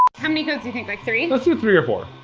how many coats you think, like three? let's do three or four.